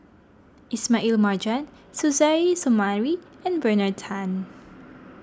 Ismail Marjan Suzairhe Sumari and Bernard Tan